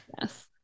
Yes